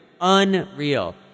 Unreal